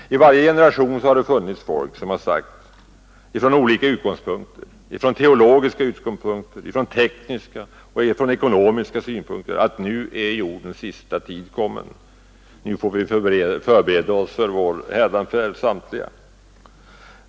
I varje generation har det funnits folk som från olika utgångspunkter — från teologiska, från tekniska och från ekonomiska synpunkter — har sagt, att nu är jordens sista timme kommen, nu får vi alla förbereda oss på vår hädanfärd.